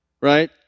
right